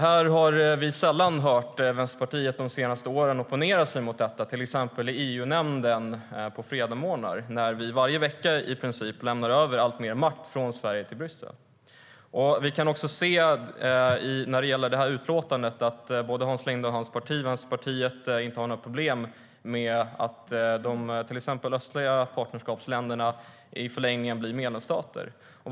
Här har vi de senaste åren sällan hört Vänsterpartiet opponera sig mot detta, till exempel när vi i EU-nämnden varje fredagsmorgon, varje vecka, lämnar över alltmer makt från Sverige till Bryssel. Vi kan se i utlåtandet att varken Hans Linde eller Vänsterpartiet har några problem med att de östliga partnerskapsländerna i förlängningen blir medlemsstater.